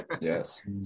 yes